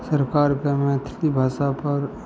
सरकारके मैथिली भाषापर